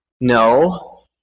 No